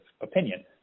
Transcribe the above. opinion